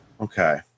Okay